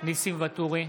ניסים ואטורי,